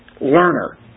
learner